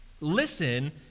listen